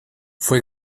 fue